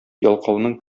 ялкауның